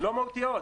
לא מהותיות.